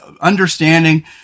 understanding